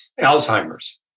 Alzheimer's